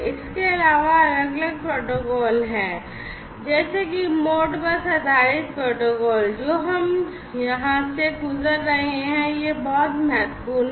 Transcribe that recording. इसके अलावा अलग अलग प्रोटोकॉल हैं जैसे कि मोडबस आधारित प्रोटोकॉल जो हम यहां से गुजर रहे हैं यह बहुत महत्वपूर्ण है